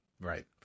Right